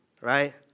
right